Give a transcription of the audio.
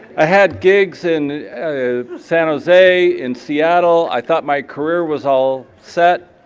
i had gigs in san jose, in seattle, i thought my career was all set,